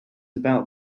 about